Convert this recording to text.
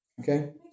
okay